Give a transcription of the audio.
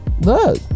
look